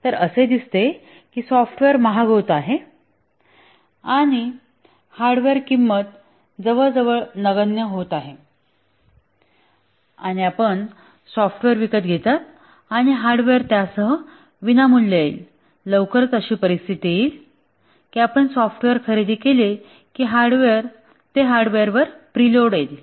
तर असे दिसते सॉफ्टवेअर महाग होत आहे हार्डवेअर किंमत जवळजवळ नगण्य होत आहे आणि आपण सॉफ्टवेअर विकत घेता आणि हार्डवेअर त्यासह विनामूल्य येईल लवकरच ती परिस्थिती येईल की आपण सॉफ्टवेअर खरेदी केले आणि ते हार्डवेअरवर प्रीलोड आहे